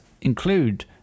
include